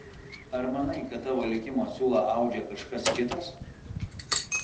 ar manai kad tavo likimo siūlą audžia kažkas kitas